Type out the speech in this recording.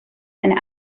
and